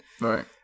right